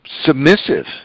submissive